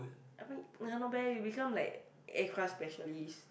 like not bad eh you become like aircraft specialist